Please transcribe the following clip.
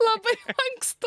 labai anksti